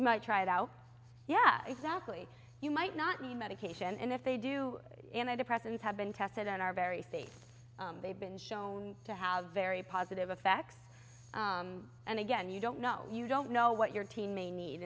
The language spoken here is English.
might try though yeah exactly you might not mean medication and if they do and i depressants have been tested on our very face they've been shown to have very positive effects and again you don't know you don't know what your teen may need